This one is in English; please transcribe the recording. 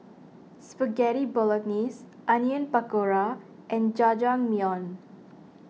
Spaghetti Bolognese Onion Pakora and Jajangmyeon